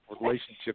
relationship